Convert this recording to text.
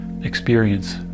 experience